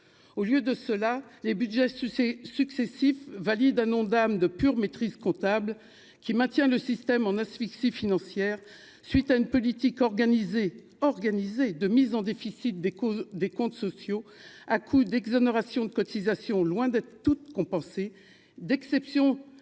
au lieu de cela les Budgets sucer successifs valide un Ondam de pure maîtrise comptable qui maintient le système en asphyxie financière suite à une politique organisé organisé de mise en déficit des causes des comptes sociaux à coups d'exonérations de cotisations, loin d'être toute compenser d'exception d'extension,